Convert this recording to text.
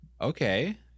Okay